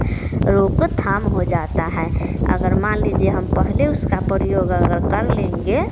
रोक थाम हो जाता है अगर मान लीजिए हम पहले उसका प्रयोग अगर कर लेंगे